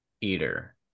Eater